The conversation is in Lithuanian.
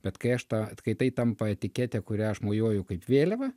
bet kai aš tą kai tai tampa etikete kurią aš mojuoju kaip vėliavą